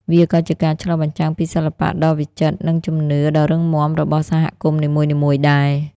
វាក៏ជាការឆ្លុះបញ្ចាំងពីសិល្បៈដ៏វិចិត្រ និងជំនឿដ៏រឹងមាំរបស់សហគមន៍នីមួយៗដែរ។